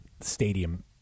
stadium